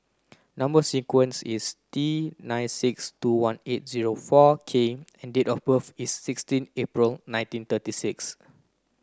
number sequence is T nine six two one eight zero four K and date of birth is sixteen April nineteen thirty six